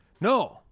No